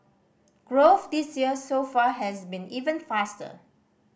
growth this year so far has been even faster